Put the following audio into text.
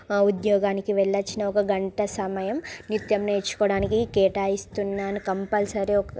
ఉద్యోగానికి వెళ్లొచ్చిన ఒక గంట సమయం నృత్యం నేర్చుకోడానికి కేటాయిస్తున్నాను కంపల్సరీ